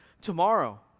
tomorrow